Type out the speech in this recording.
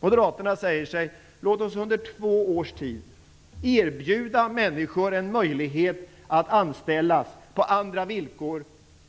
Moderaterna säger: Låt oss under två års tid erbjuda människor en möjlighet att anställas på andra villkor